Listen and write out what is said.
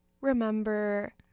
remember